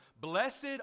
blessed